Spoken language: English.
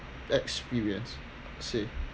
experience I would say